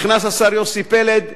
נכנס השר יוסי פלד,